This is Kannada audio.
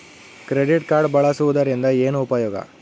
ಕ್ರೆಡಿಟ್ ಕಾರ್ಡ್ ಬಳಸುವದರಿಂದ ಏನು ಉಪಯೋಗ?